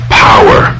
power